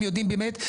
הם יודעים באמת.